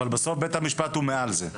אבל בסוף בית המשפט מעל זה.